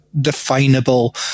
definable